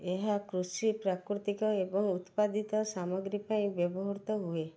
ଏହା କୃଷି ପ୍ରାକୃତିକ ଏବଂ ଉତ୍ପାଦିତ ସାମଗ୍ରୀ ପାଇଁ ବ୍ୟବହୃତ ହୁଏ